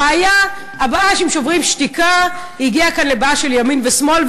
הבעיה עם "שוברים שתיקה" הגיעה כאן לבעיה של ימין ושמאל,